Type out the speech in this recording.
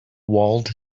walled